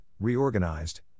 reorganized